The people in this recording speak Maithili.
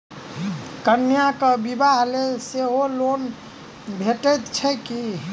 कन्याक बियाह लेल सेहो लोन भेटैत छैक की?